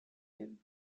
him